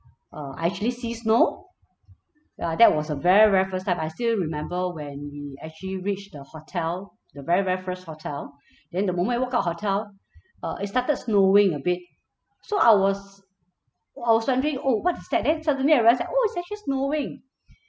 uh I actually see snow ya that was a very very first time I still remember when we actually reached the hotel the very very first hotel then the moment we walk out of hotel uh it started snowing a bit so I was I was wondering oh what is that then suddenly I realised that oh it's actually snowing